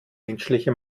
menschliche